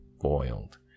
boiled